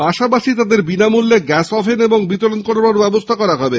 পাশাপাশি তাঁদের বিনামূল্যে গ্যাস ওভেনও বিতরণ করার ব্যবস্থা করা হবে